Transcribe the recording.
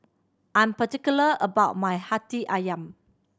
I'm particular about my Hati Ayam